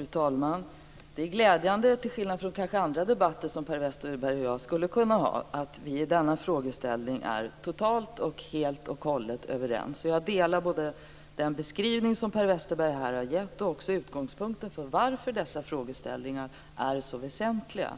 Fru talman! Det är glädjande att vi i denna frågeställning, till skillnad från andra debatter som Per Westerberg och jag kanske skulle kunnat ha, är helt och hållet överens. Jag delar den beskrivning som Per Westerberg här har gett och också utgångspunkten för varför dessa frågeställningar är så väsentliga.